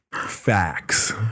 facts